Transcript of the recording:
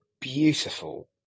beautiful